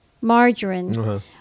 margarine